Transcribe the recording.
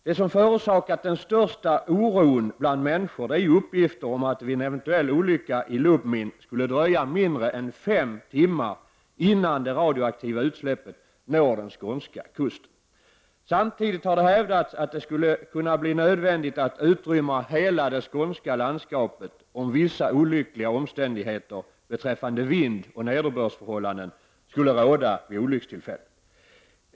Det som förorsakat den största oron bland människor är uppgifter om att det vid en eventuell olycka i Lubmin skulle dröja mindre än fem timmar innan det radioaktiva utsläppet når den skånska kusten. Samtidigt har det hävdats att det skulle kunna bli nödvändigt att utrymma hela det skånska landskapet om vissa olyckliga omständigheter beträffande vindoch nederbördsförhållanden skulle råda vid olyckstillfället.